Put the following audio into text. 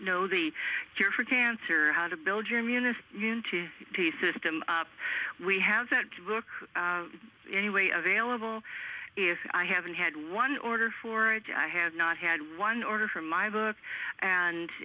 know the cure for cancer how to build your munis into a system we have that book anyway available if i haven't had one order for it i have not had one order from my book and